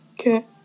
Okay